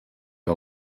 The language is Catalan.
que